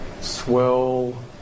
swell